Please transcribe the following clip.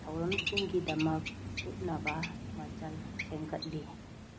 ꯊꯧꯔꯝꯁꯤꯡꯒꯤꯗꯃꯛ ꯎꯠꯅꯕ ꯃꯆꯜ ꯁꯦꯝꯒꯠꯂꯤ